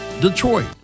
detroit